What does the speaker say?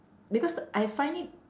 because I find it